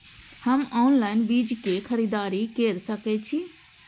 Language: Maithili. हम ऑनलाइन बीज के खरीदी केर सके छी?